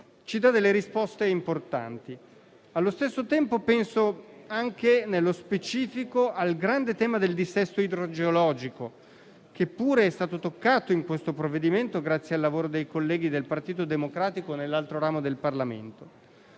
ci dà risposte importanti. Allo stesso tempo, penso anche, nello specifico, al grande tema del dissesto idrogeologico, che pure è stato toccato in questo provvedimento grazie al lavoro dei colleghi del Partito Democratico nell'altro ramo del Parlamento.